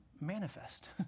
manifest